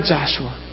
Joshua